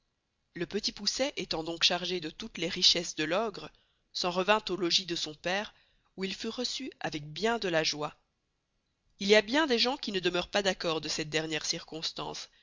le petit poucet estant donc chargé de toutes les richesses de l'ogre s'en revint au logis de son pere où il fut receu avec bien de la joye il y a bien des gens qui ne demeurent pas d'acord de cette derniere circonstance